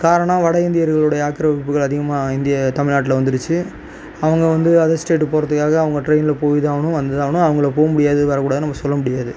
காரணம் வட இந்தியர்களோடைய ஆக்கிரமிப்புகள் அதிகமாக இங்கே தமிழ்நாட்டில் வந்துருச்சு அவங்க வந்து அதர் ஸ்டேட்டு போகறதுக்காக அவங்க ட்ரெயினில் போயி தான் ஆகணும் வந்து தான் ஆகணும் அவங்கள போ முடியாது வர கூடாதுனு நம்ம சொல்ல முடியாது